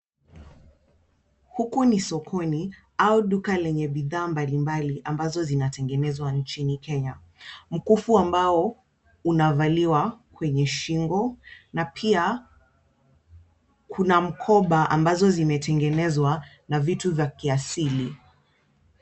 Huku ni sokoni au duka lenye bidhaa mbalimbali ambazo zinatengenezwa nchini Kenya. Mkufu ambao unavaliwa kwenye shingo na pia kuna mkoba ambazo zimetengenezwa na vitu za kiasili.